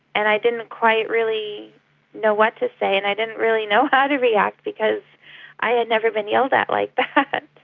and i didn't quite really know what to say and i didn't really know how to react because i had never been yelled at like that.